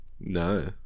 No